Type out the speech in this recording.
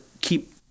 keep